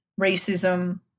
racism